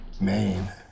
Maine